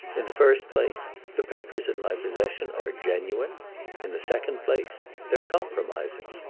in the first place the papers in my possession are genuine in the second place they're compromising.